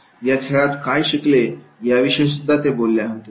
या खेळात काय शिकले याविषयीसुद्धा ते बोलले होते